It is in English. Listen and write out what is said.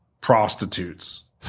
prostitutes